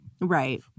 Right